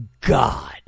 God